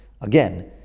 again